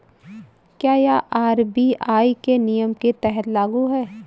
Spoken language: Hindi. क्या यह आर.बी.आई के नियम के तहत लागू है?